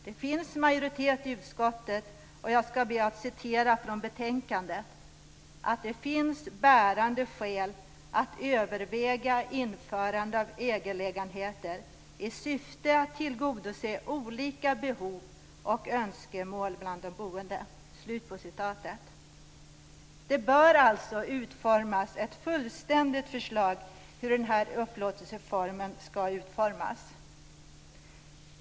Det finns en majoritet i utskottet för vad som står i betänkandet, nämligen att det finns "bärande skäl att därför också överväga införandet av ägarlägenheter i syfte att tillgodose olika behov och önskemål bland de boende". Det bör alltså utformas ett fullständigt förslag om hur denna upplåtelseform skall utformas.